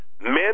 men